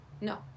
No